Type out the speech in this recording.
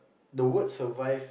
the word survive